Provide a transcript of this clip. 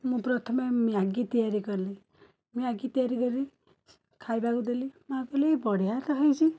ମୁଁ ପ୍ରଥମେ ମ୍ୟାଗି ତିଆରି କଲି ମ୍ୟାଗି ତିଆରି କରି ଖାଇବାକୁ ଦେଲି ମାଁ କହିଲେ ଇଏ ବଢ଼ିଆ ତ ହେଇଛି